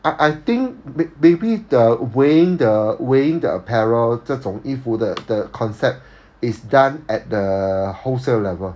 I I think maybe the weighing the weighing the apparel 这种衣服的的 concept is done at the wholesale level